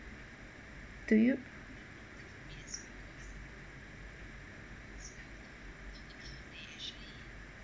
do you